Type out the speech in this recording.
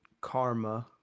karma